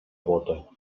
bóta